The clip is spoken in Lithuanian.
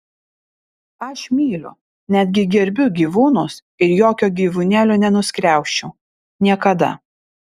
aš myliu netgi gerbiu gyvūnus ir jokio gyvūnėlio nenuskriausčiau niekada